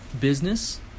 business